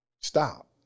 Stop